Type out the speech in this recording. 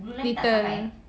little